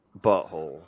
butthole